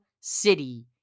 city